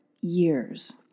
years